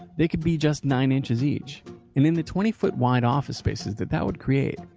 they could be just nine inches each. and in the twenty-foot-wide office spaces that that would create,